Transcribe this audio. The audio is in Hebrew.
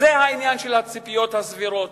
אז זה העניין של הציפיות הסבירות,